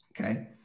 Okay